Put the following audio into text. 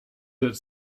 that